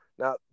Now